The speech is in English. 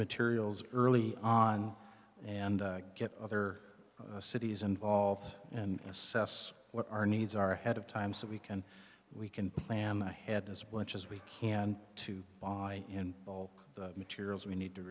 materials early on and get other cities involved and assess what our needs are ahead of time so we can we can plan ahead as much as we can to buy in all the materials we need to